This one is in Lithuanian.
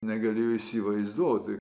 negalėjau įsivaizduoti